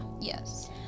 Yes